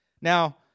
Now